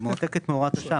היא מועתקת מהוראת השעה.